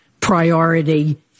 priority